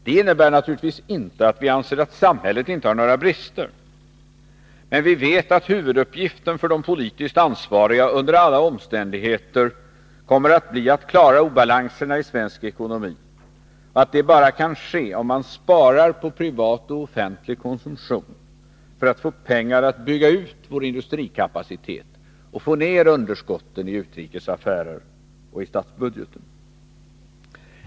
Det innebär naturligtvis inte att vi anser att samhället inte har några brister, men vi vet att huvuduppgiften för de politiskt ansvariga under alla omständigheter kommer att bli att klara obalanserna i svensk ekonomi och att det bara kan ske om man sparar på privat och offentlig konsumtion för att få pengar att bygga ut vår industrikapacitet och få ner underskotten i bytesaffärerna och i statsbudgeten.